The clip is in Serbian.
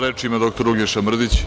Reč ima dr Uglješa Mrdić.